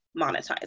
monetize